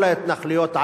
כל ההתנחלויות,